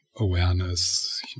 awareness